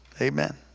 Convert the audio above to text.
Amen